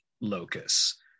locus